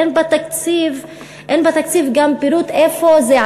אין בתקציב גם פירוט איפה זה,